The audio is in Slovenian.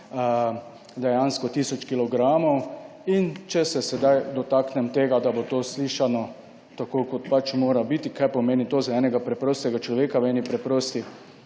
dejansko tisoč kilogramov. In če se sedaj dotaknem tega, da bo to slišano tako kot pač mora biti, kaj pomeni to za enega preprostega človeka v eni preprosti